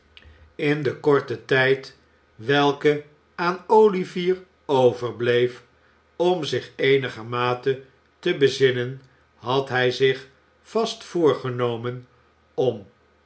in den korten tijd welke aan olivier overbleef om zich eenigermate te bezinnen had hij zich vast voorgenomen om